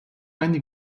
eine